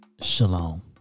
Shalom